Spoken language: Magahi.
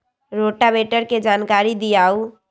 रोटावेटर के जानकारी दिआउ?